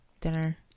dinner